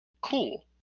Cool